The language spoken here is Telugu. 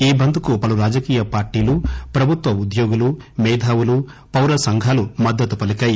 ఈ బంద్ కు పలు రాజకీయ పార్టీలు ప్రభుత్వ ఉద్యోగులు మేధావులు పౌర సంఘాలు మద్గతు పలీకాయి